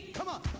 coming